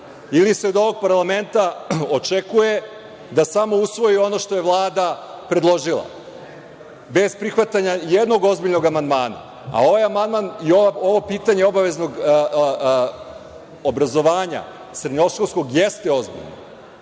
ili se od ovog parlamenta očekuje da samo usvoji ono što je Vlada predložila, bez prihvatanja jednog ozbiljnog amandmana? Ovaj amandman i ovo pitanje obaveznog srednjoškolskog obrazovanja